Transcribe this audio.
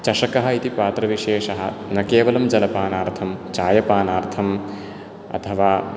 चषकः इति पात्रविशेषः न केवलं जलपानार्थं चायपानार्थम् अथवा